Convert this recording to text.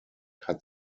hat